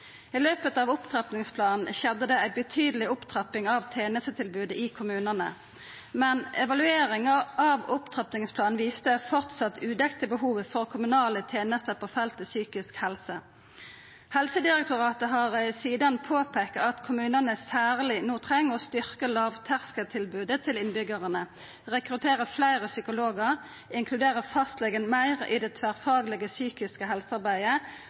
I løpet av opptrappingsplanen skjedde det ei betydeleg opptrapping av tenestetilbodet i kommunane, men evalueringa av opptrappingsplanen viste framleis udekte behov for kommunale tenester på feltet psykisk helse. Helsedirektoratet har sidan påpeika at kommunane særleg no treng å styrkja lågterskeltilbodet til innbyggjarane, rekruttera fleire psykologar, inkludera fastlegen meir i det tverrfaglege psykiske helsearbeidet